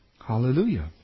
Hallelujah